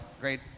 great